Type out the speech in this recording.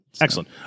excellent